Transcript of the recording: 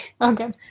Okay